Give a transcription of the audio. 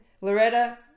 Loretta